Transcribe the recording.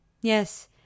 Yes